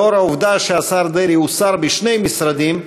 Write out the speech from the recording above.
לאור העובדה שהשר דרעי הוא שר בשני משרדים,